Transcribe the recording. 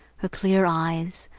her clear eyes,